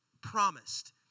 promised